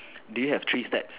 do you have three steps